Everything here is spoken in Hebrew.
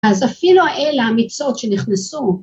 ‫אז אפילו האלה האמיצות שנכנסו...